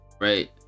right